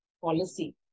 policy